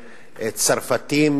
צרפתים,